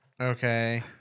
Okay